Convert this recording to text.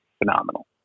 phenomenal